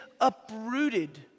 uprooted